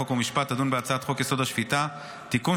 חוק ומשפט תדון בהצעת חוק-יסוד: השפיטה (תיקון,